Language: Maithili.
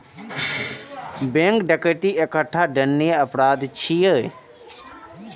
बैंक डकैती एकटा दंडनीय अपराध छियै